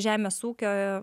žemės ūkio